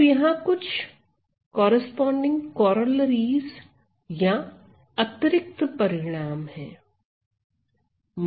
अब यहां कुछ संगत कोरोलारी या अतिरिक्त परिणाम है